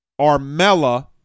Armella